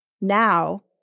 now